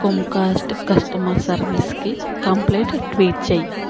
Comcast customer సర్వీస్కి complaint tweet చెయ్యి